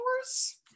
hours